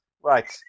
Right